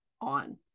on